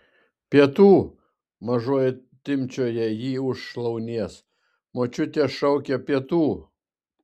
pietų mažoji timpčioja jį už šlaunies močiutė šaukia pietų